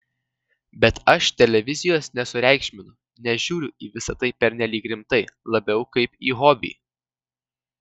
bet aš televizijos nesureikšminu nežiūriu į visa tai pernelyg rimtai labiau kaip į hobį